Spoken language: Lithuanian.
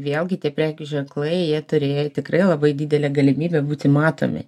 vėlgi tie prekių ženklai jie turi tikrai labai didelę galimybę būti matomi